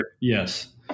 Yes